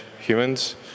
Humans